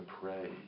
pray